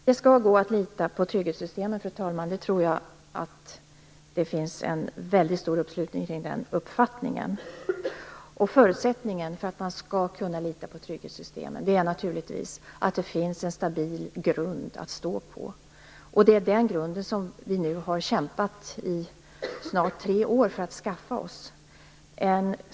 Fru talman! Det skall gå att lita på trygghetssystemen. Den uppfattningen tror jag att det finns en väldigt stor uppslutning kring. Förutsättningen för att man skall kunna lita på trygghetssystemen är naturligtvis att det finns en stabil grund att stå på. Det är den grunden vi nu har kämpat i snart tre år för att skaffa oss.